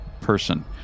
person